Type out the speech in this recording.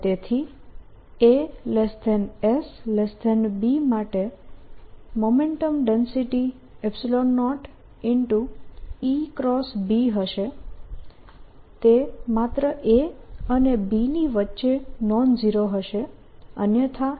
અને તેથી aSb માટે મોમેન્ટમ ડેન્સિટી 0 હશે તે માત્ર a અને b ની વચ્ચે નોન ઝીરો હશે અન્યથા તે 0 હશે